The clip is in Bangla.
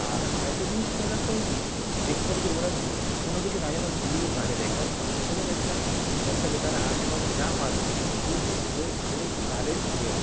আর আরেকটা জিনিস খেয়াল রাখতে হবে কি দেখতে হবে যে ওরা কোনো কিছু না যেন গুড়িয়ে গালে দেয় কারণ বাচ্চাদের একটা অভ্যাস থাকে তারা আশেপাশে যা পাবে সেইগুলো ধরে ধরে একটু গালে দেওয়া